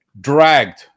dragged